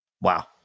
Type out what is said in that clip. Wow